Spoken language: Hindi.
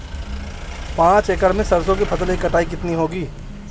पांच एकड़ में सरसों की फसल की कटाई कितनी होगी?